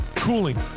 Cooling